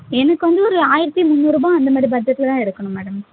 எனக்கு வந்து ஒரு ஆயிரத்தி முந்நூறுபாய் அந்த மாதிரி பஜ்ஜெடில் தான் இருக்கணும் மேடம்